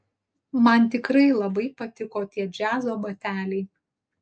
man tikrai labai patiko tie džiazo bateliai